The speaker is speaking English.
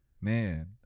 man